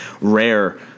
Rare